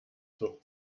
zog